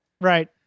Right